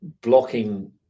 blocking